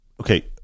Okay